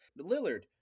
Lillard